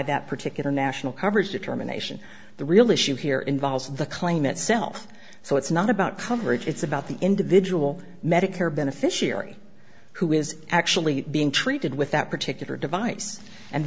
that particular national coverage determination the real issue here involves the claim itself so it's not about coverage it's about the individual medicare beneficiary who is actually being treated with that particular device and